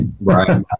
Right